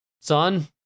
Son